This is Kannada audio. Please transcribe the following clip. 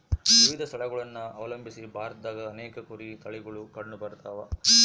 ವಿವಿಧ ಸ್ಥಳಗುಳನ ಅವಲಂಬಿಸಿ ಭಾರತದಾಗ ಅನೇಕ ಕುರಿ ತಳಿಗುಳು ಕಂಡುಬರತವ